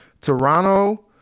Toronto